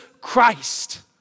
Christ